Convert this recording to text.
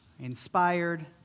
inspired